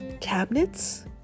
cabinets